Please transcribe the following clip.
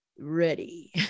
ready